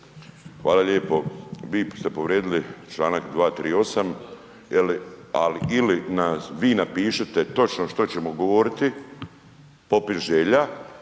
Hvala lijepo. Vi ste povrijedili čl. 238. ili nam vi napišite točno što ćemo govoriti, popis želja,